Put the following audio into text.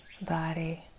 body